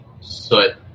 soot